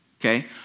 Okay